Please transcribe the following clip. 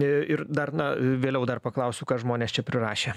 i ir dar na vėliau dar paklausiu ką žmonės čia prirašė